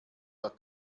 der